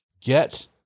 get